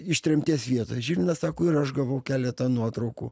iš tremties vietos žilvinas sako ir aš gavau keletą nuotraukų